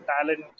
talent